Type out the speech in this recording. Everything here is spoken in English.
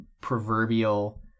proverbial